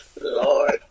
lord